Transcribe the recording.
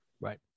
Right